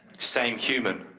same, human.